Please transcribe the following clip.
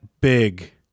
big